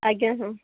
ଆଜ୍ଞା ହଁ